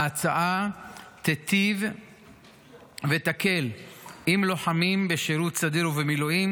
ההצעה תיטיב ותקל על לוחמים בשירות סדיר ובמילואים